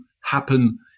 happen